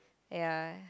ya